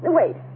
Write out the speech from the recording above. wait